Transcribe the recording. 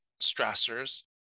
stressors